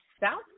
South